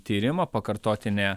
tyrimą pakartotinę